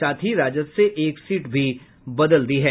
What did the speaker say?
साथ ही राजद से एक सीट भी बदल दी है